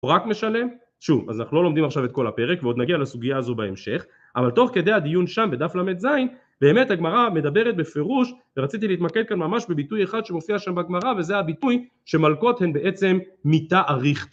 הוא רק משלם, שוב אז אנחנו לא לומדים עכשיו את כל הפרק ועוד נגיע לסוגיה הזו בהמשך, אבל תוך כדי הדיון שם בדף למד זין באמת הגמרא מדברת בפירוש ורציתי להתמקד כאן ממש בביטוי אחד שמופיע שם בגמרא וזה הביטוי שמלקות הן בעצם מיתה אריכתא